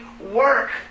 work